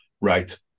right